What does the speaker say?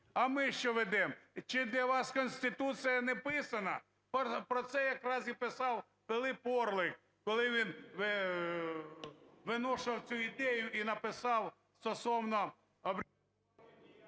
А ми що ведемо? Чи для вас Конституція не писана? Про це якраз і писав Пилип Орлик, коли він виношував цю ідею і написав стосовно…